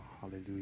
hallelujah